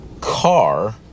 car